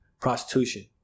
prostitution